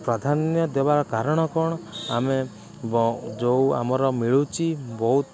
ପ୍ରାଧାନ୍ୟ ଦେବାର କାରଣ କ'ଣ ଆମେ ଯେଉଁ ଆମର ମିଳୁଛି ବହୁତ